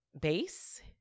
base